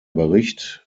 bericht